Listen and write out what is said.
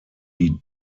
die